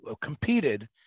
competed